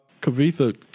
Kavitha